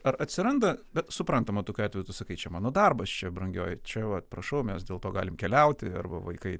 ar atsiranda bet suprantama tokiu atveju tu sakai čia mano darbas čia brangioji čia vat prašau mes dėl to galim keliauti arba vaikai